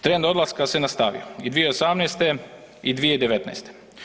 Trend odlaska se nastavio i 2018. i 2019.